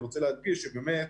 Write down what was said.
אני רוצה להדגיש שבאמת